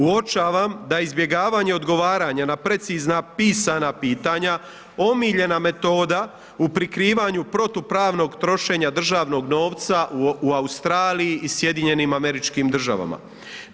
Uočavam da je izbjegavanje odgovaranja na precizna pisana pitanja, omiljena metoda u prikrivanje protupravnog trošenja državnog novca u Australiji i SAD-u.